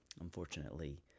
Unfortunately